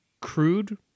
crude